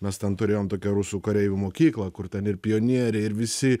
mes ten turėjom tokią rusų kareivių mokyklą kur ten ir pionieriai ir visi